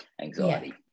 anxiety